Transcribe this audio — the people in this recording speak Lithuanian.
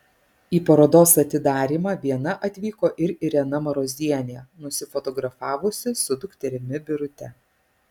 į parodos atidarymą viena atvyko ir irena marozienė nusifotografavusi su dukterimi birute